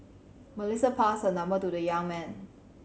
Melissa passed her number to the young man